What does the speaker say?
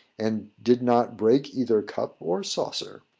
and did not break either cup or saucer.